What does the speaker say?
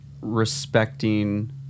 respecting